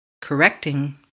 correcting